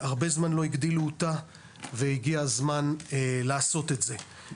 הרבה זמן לא הגדילו אותה, והגיע הזמן לעשות את זה.